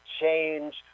change